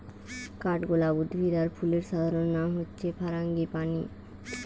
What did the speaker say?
কাঠগোলাপ উদ্ভিদ আর ফুলের সাধারণ নাম হচ্ছে ফারাঙ্গিপানি